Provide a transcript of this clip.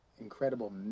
incredible